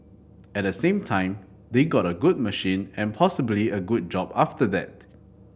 at the same time they got a good machine and possibly a good job after that